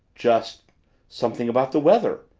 just something about the weather,